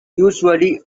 usually